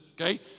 okay